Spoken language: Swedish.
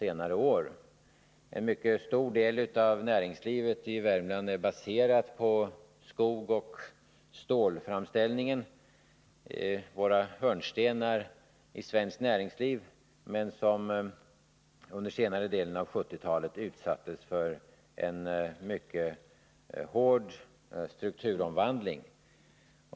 En mycket stor del av näringslivet i Värmland är baserat på skogsoch stålframställning, hörnstenar inom svenskt näringsliv som under senare delen av 1970-talet har utsatts för en mycket hård strukturomvandling.